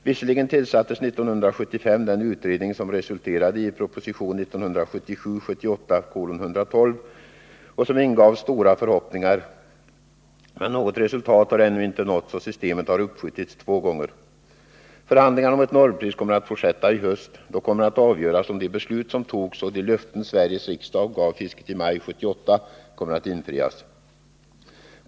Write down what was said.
Visserligen tillsattes 1975 en utredning som ingav stora förhoppningar och som resulterade i proposition 1977/78:112, men något resultat har ännu inte nåtts, och det däri föreslagna systemet har uppskjutits två gånger. Förhandlingarna om ett normpris kommer att fortsätta i höst. Då kommer det att avgöras om de beslut som fattades och de löften Sveriges riksdag gav fisket i maj 1978 kommer att infrias.